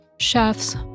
chefs